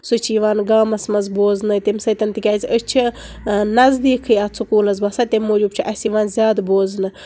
سُہ چھُ یِوان گامس منٛز بوزنہِ تمہِ سۭتۍ تِکیازِ أسۍ چھِ نزدیکھٕے اتھ سکوٗلس بسان تمہِ موٗجوٗب چھُ اسہِ یِوان زیادٕ بوزنہٕ